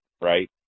right